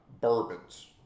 bourbons